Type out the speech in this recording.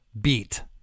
beat